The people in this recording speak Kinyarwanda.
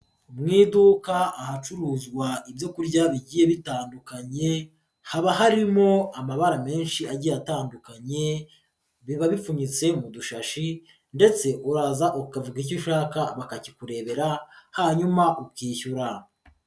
Mu iduka ahacuruzwa ibyokurya bigiye bitandukanye, haba harimo amabara menshi agiye atandukanye, biba bipfunyitse mu dushashi ndetse uraza ukavuga icyo ushaka bakakikurebera hanyuma ukishyura.